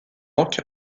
york